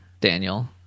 Daniel